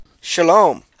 Shalom